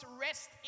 rest